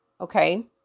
Okay